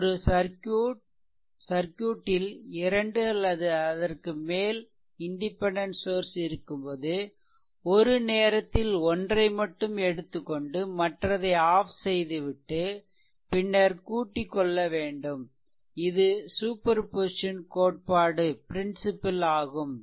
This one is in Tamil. ஒரு சர்க்யூட்டில் 2 அல்லது அதற்கு மேல் இண்டிபெண்டென்ட் சோர்ஸ் இருக்கும்போது ஒரு நேரத்தில் ஒன்றை மட்டும் எடுத்துக் கொண்டு மற்றதை off செய்துவிட்டு பின்னர் கூட்டிக்கொள்ள வேண்டும் இது சூப்பர்பொசிசன் கோட்பாடு ஆகும்